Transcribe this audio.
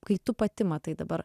kai tu pati matai dabar